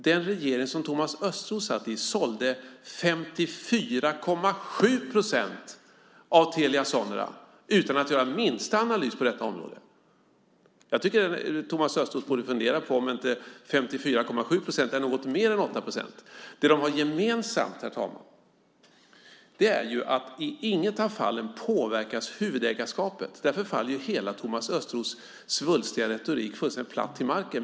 Den regering som Thomas Östros satt i sålde 54,7 procent av Telia Sonera utan att göra en minsta analys på detta område. Jag tycker att Thomas Östros borde fundera på om inte 54,7 procent är något mer än 8 procent. Det de har gemensamt är att i inget av fallen påverkas huvudägarskapet. Därför faller Thomas Östros hela svulstiga retorik platt till marken.